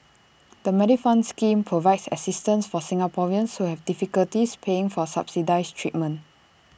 the Medifund scheme provides assistance for Singaporeans who have difficulties paying for subsidized treatment